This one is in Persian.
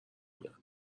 میاد